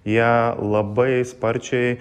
jie labai sparčiai